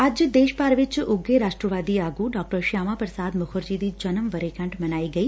ਅੱਜ ਦੇਸ਼ ਭਰ ਵਿਚ ਉੱਘੇ ਰਾਸ਼ਟਰਵਾਦੀ ਆਗੂ ਡਾ ਸ਼ਿਆਮਾ ਪ੍ਰਸਾਦ ਮੁਖਰਜੀ ਦੀ ਜਨਮ ਵਰ੍ਹੇਗੰਢ ਮਨਾਈ ਗਈ